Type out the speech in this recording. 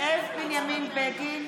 זאב בנימין בגין,